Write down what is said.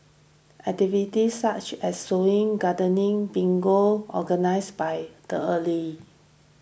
activities such as sewing gardening bingo organised by the early